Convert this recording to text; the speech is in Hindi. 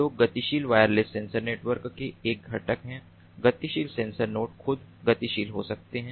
तो गतिशील वायरलेस सेंसर नेटवर्क के एक घटक है गतिशील सेंसर नोड खुद गतिशील हो सकते हैं